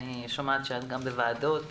אני שומעת שאת בוועדות נוספות,